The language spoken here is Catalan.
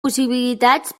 possibilitats